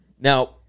Now